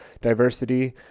Diversity